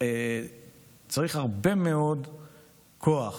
שצריך הרבה מאוד כוח